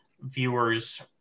viewers